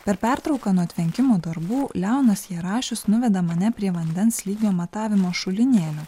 per pertrauką nuo tvenkimo darbų leonas jarašius nuveda mane prie vandens lygio matavimo šulinėlio